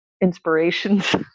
inspirations